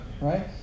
Right